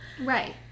Right